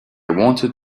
wanted